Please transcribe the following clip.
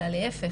אלא להיפך,